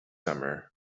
summer